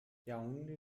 yaoundé